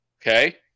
Okay